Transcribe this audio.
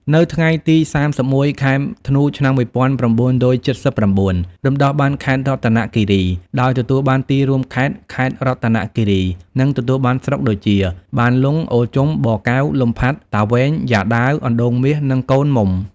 នៅថ្ងៃទី ៣១ ខែធ្នូ ឆ្នាំ ១៩៧៩ រំដោះបានខេត្តរតនគិរី ដោយទទួលបានទីរួមខេត្ត ខេត្តរតនគិរី និងទទួលបានស្រុកដូចជា បានលុង អូរជុំ បកែវ លំផាត់ តាវែង យ៉ាដាវ អណ្តូងមាស និងកូនមុំ។